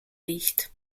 riecht